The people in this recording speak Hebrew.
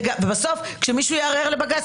ובסוף כמישהו יערער לבג"ץ,